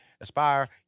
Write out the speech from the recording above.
Aspire